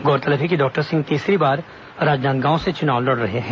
गौरतलब है कि डॉक्टर सिंह तीसरी बार राजनांदगांव से चुनाव लड़ रहे हैं